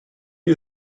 you